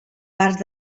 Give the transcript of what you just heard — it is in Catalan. parts